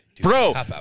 Bro